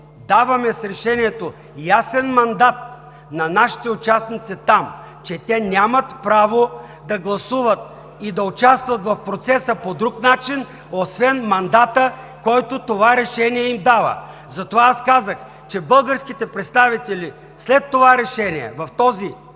даваме ясен мандат на нашите участници там, че те нямат право да гласуват и да участват в процеса по друг начин, освен мандата, който това решение им дава. Затова казах, че българските представители след решението в този